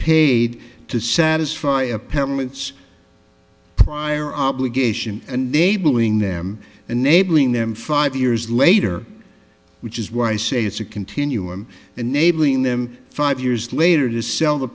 paid to satisfy a parent's or obligation a neighboring them enabling them five years later which is why i say it's a continuum enabling them five years later to sell the